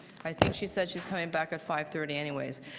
i think she said she's comeing back at five thirty anyways.